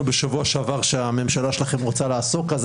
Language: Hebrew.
בשבוע שעבר שהממשלה שלכם רוצה לעסוק בהם,